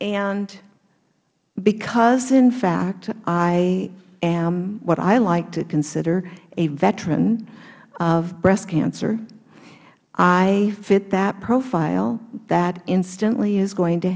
and because in fact i am what i like to consider a veteran of breast cancer i fit that profile that instantly is going to